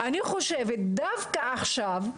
אני חושבת שדווקא עכשיו,